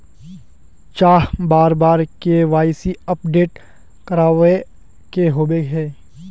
चाँह बार बार के.वाई.सी अपडेट करावे के होबे है?